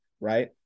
right